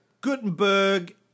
Gutenberg